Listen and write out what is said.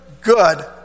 good